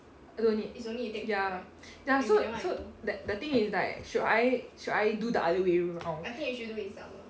don't need ya ya so so the the thing is that should I should I do the other way round